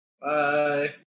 Bye